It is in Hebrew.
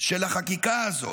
של החקיקה הזאת: